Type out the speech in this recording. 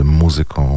muzyką